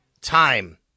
time